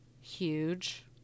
huge